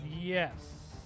Yes